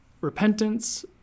repentance